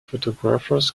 photographers